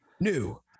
New